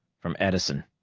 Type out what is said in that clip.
from edison,